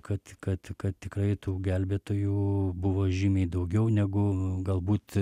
kad kad kad tikrai tų gelbėtojų buvo žymiai daugiau negu galbūt